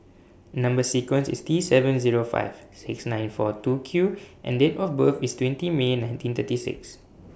Number sequence IS T seven Zero five six nine four two Q and Date of birth IS twenty May nineteen thirty six